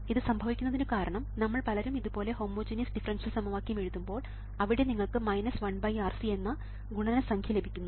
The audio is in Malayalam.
ഇത് സംഭവിക്കുന്നതിനു കാരണം നമ്മൾ പലരും ഇതുപോലെ ഹോമോജീനിയസ് ഡിഫറൻഷ്യൽ സമവാക്യം എഴുതുമ്പോൾ അവിടെ നിങ്ങൾക്ക് 1RC എന്ന ഗുണനസംഖ്യ ലഭിക്കുന്നു